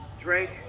Drake